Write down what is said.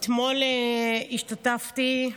אתמול השתתפתי,